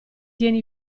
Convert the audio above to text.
tieni